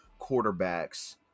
quarterbacks